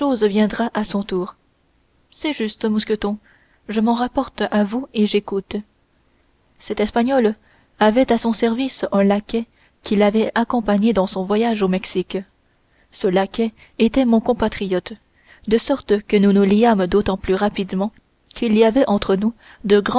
viendra à son tour c'est juste mousqueton je m'en rapporte à vous et j'écoute cet espagnol avait à son service un laquais qui l'avait accompagné dans son voyage au mexique ce laquais était mon compatriote de sorte que nous nous liâmes d'autant plus rapidement qu'il y avait entre nous de